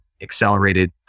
accelerated